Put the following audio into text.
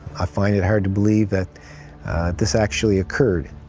i find it hard to believe that this actually occurred.